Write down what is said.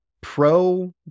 pro